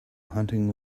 hunting